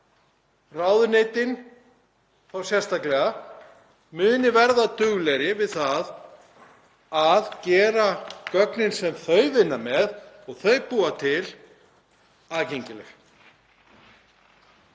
ráðuneytin sérstaklega muni verða duglegri við það að gera gögnin sem þau vinna með og þau búa til aðgengileg.